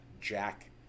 jack